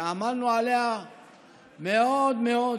שעמלנו עליה מאוד מאוד קשה,